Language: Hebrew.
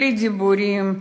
בלי דיבורים.